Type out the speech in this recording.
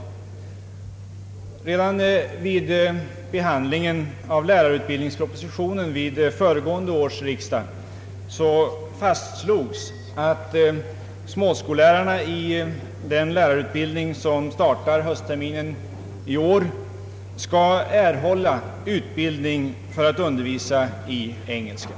Redan vid behandlingen av lärarutbildningspropositionen vid föregående års riksdag fastslogs att småskollärarna i den lärarutbildning som startar under höstterminen i år skall erhålla utbildning för att undervisa i engelska.